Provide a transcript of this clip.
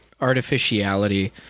artificiality